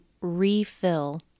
refill